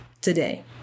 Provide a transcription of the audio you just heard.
today